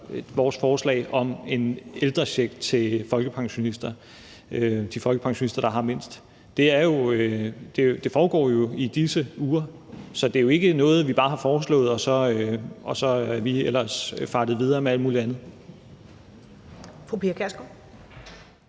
vores forslag om en ældrecheck til de folkepensionister, der har mindst. Det foregår i disse uger, så det er jo ikke noget, vi bare har foreslået, og så er vi ellers fartet videre med alt muligt andet.